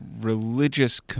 religious